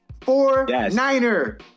Four-Niner